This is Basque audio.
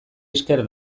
esker